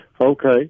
Okay